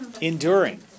enduring